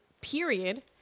period